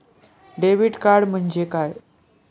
Debit card म्हणजे काय?